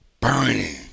burning